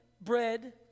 bread